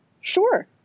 Sure